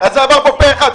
זה עבר פה פה אחד.